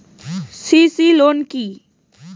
CC loan কি?